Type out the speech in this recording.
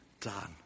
done